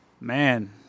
Man